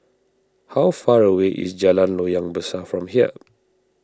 how far away is Jalan Loyang Besar from here